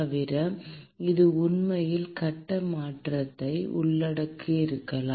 தவிர இது உண்மையில் கட்ட மாற்றத்தையும் உள்ளடக்கியிருக்கலாம்